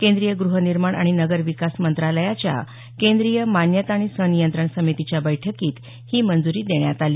केंद्रीय गृह निर्माण आणि नगर विकास मंत्रालयाच्या केंद्रीय मान्यता आणि संनियंत्रण समितीच्या बैठकीत ही मंजुरी देण्यात आली